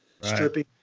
stripping